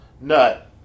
nut